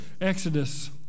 Exodus